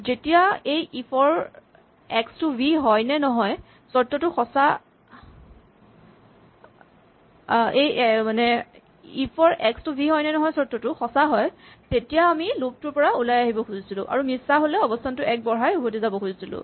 যেতিয়াই এই ইফ ৰ এক্স টো ভি হয় নে নহয় চৰ্তটো সঁচা হয় তেতিয়াই আমি লুপ টোৰ পৰা ওলাই আহিব খুজিছিলোঁ আৰু মিছা হ'লে অৱস্হানটো এক বঢ়াই উভতি যাব খুজিছিলোঁ